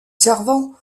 savant